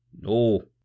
No